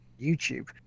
YouTube